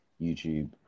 YouTube